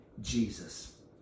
Jesus